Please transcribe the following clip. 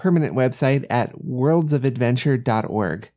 permanent website at worlds of adventure dot org